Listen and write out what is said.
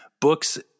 books